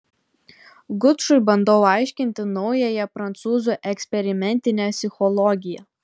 gučui bandau aiškinti naująją prancūzų eksperimentinę psichologiją